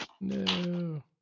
No